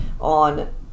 on